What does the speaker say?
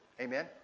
Amen